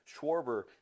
Schwarber